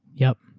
yup.